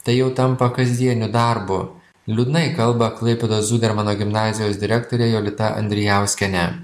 tai jau tampa kasdieniu darbu liūdnai kalba klaipėdos zudermano gimnazijos direktorė jolita andrijauskienė